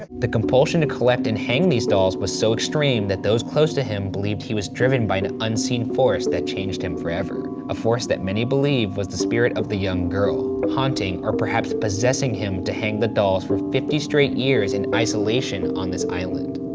the compulsion to collect and hang these dolls were so extreme that those close to him believed that he was driven by an unseen force force that changed him forever, a force that many believed was the spirit of the young girl haunting, or perhaps possessing him to hang the dolls for fifty straight years in isolation on this island.